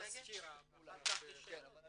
בוא נשמע את הסקירה ואחר כך נשאל שאלות.